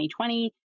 2020